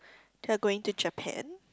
they are going to Japan